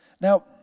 Now